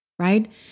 Right